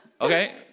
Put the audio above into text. Okay